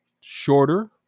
shorter